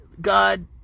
God